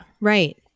Right